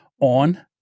on